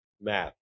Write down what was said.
Math